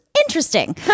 interesting